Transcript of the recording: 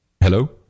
Hello